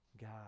God